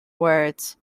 words